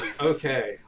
okay